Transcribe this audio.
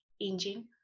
engine